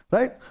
Right